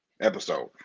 episode